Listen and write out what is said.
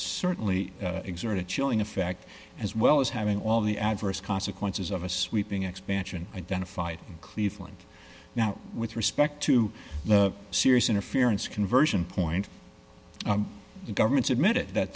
certainly exert a chilling effect as well as having all the adverse consequences of a sweeping expansion identified in cleveland now with respect to serious interference conversion point the government's admitted